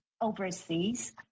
overseas